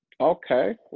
Okay